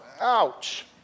Ouch